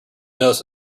nose